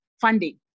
funding